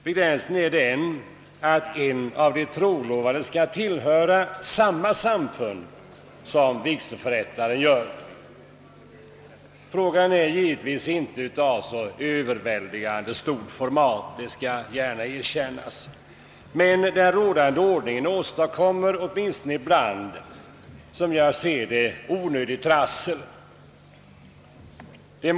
Begränsningen är den, att en av de trolovade skall tillhöra samma samfund som vigselförrättaren. Frågan är givetvis inte av så överväldigande stort format — det skall gärna erkännas. Men den rådande ordningen åstadkommer åtminstone ibland, som jag ser det, onödigt trassel. Det som .